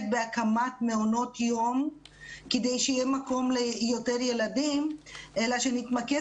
בהקמת מעונות יום כדי שיהיה מקום ליותר ילדים אלא שנתמקד